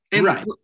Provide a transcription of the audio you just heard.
Right